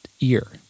ear